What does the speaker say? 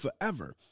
forever